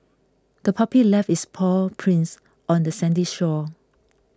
the puppy left its paw prints on the sandy shore